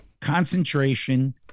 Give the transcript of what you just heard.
concentration